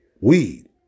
weed